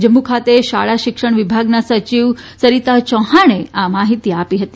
જમ્મુ ખાતે શાળા શિક્ષણ વિભાગના સચિવ સરિતા ચૌહાણે આ માહિતી આપી હતી